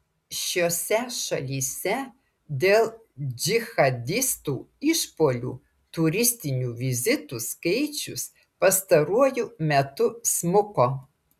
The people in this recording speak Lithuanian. šiose šalyse dėl džihadistų išpuolių turistinių vizitų skaičius pastaruoju metu smuko